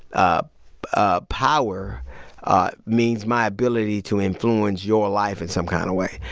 ah ah power ah means my ability to influence your life in some kind of way.